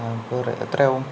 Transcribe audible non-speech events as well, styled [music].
ആ [unintelligible] എത്രയാകും